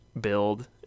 build